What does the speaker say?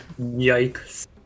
Yikes